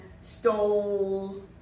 stole